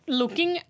looking